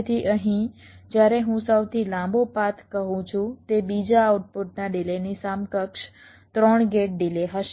તેથી અહીં જ્યારે હું સૌથી લાંબો પાથ કહું છું તે બીજા આઉટપુટના ડિલેની સમકક્ષ 3 ગેટ ડિલે હશે